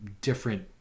different